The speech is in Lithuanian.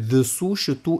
visų šių